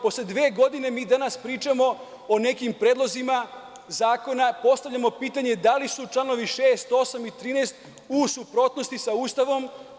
Posle dve godine mi danas pričamo o nekim predlozima zakona, postavljamo pitanje - da li su članovi 6, 8. i 13. u suprotnosti sa Ustavom?